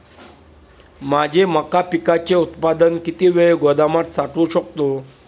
माझे मका पिकाचे उत्पादन किती वेळ गोदामात साठवू शकतो?